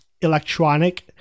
electronic